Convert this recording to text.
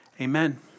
Amen